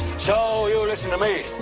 so you listen to me.